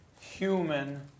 human